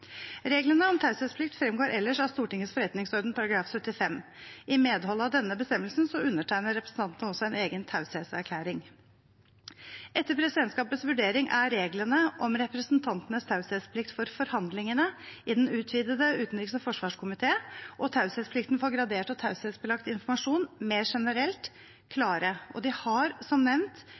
Reglene om taushetsplikt fremgår ellers av Stortingets forretningsorden § 75. I medhold av denne bestemmelsen undertegner også representantene en egen taushetserklæring. Etter presidentskapets vurdering er reglene om representantenes taushetsplikt for forhandlingene i den utvidede utenriks- og forsvarskomité og taushetsplikten for gradert og taushetsbelagt informasjon mer generelt klare, og de har, som nevnt,